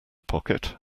pocket